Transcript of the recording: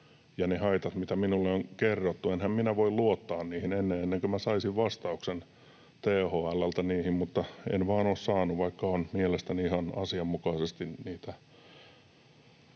ja ne haitat, mitä minulle on kerrottu. Enhän minä voi luottaa niihin ennen kuin minä saan vastauksen THL:ltä, mutta en vaan ole saanut, vaikka olen mielestäni ihan asianmukaisesti niitä